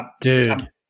dude